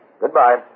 Goodbye